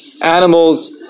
animals